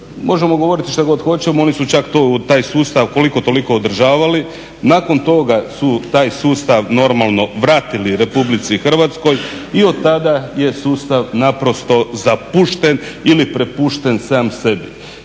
Možemo govoriti što god hoćemo, oni su čak to, taj sustav koliko toliko održavali, nakon toga su taj sustav normalno vratili RH i od tada je sustav naprosto zapušten ili prepušten sam sebi.